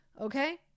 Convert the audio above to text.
Okay